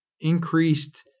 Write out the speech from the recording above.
increased